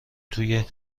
توی